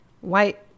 white